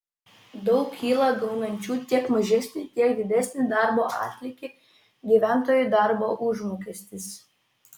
daug kyla gaunančių tiek mažesnį tiek didesnį darbo atlygį gyventojų darbo užmokestis